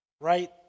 right